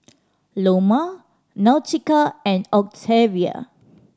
Loma Nautica and Octavia